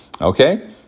okay